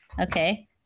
Okay